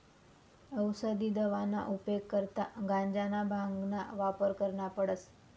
औसदी दवाना उपेग करता गांजाना, भांगना वापर करना पडस